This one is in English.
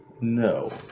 No